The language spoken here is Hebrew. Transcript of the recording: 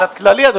קצת כללי, אדוני.